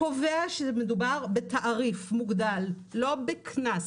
-- קובע שמדובר בתעריף מוגדל, לא בקנס.